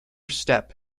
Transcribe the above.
step